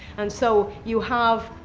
and so, you have,